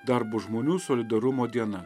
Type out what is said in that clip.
darbo žmonių solidarumo diena